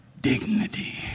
dignity